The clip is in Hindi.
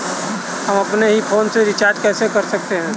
हम अपने ही फोन से रिचार्ज कैसे कर सकते हैं?